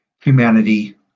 humanity